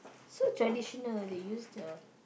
so traditional lah they use the